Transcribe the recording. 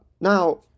Now